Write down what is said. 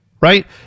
right